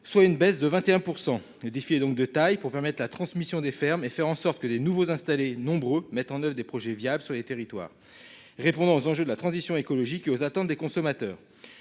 soit une baisse de 21%. Le défi est donc de taille pour permettre la transmission des fermes et faire en sorte que les nouveaux installés nombreux mettent en oeuvre des projets viables sur les territoires répondant aux enjeux de la transition écologique et aux attentes des consommateurs.